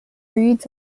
breeds